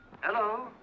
Hello